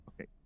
Okay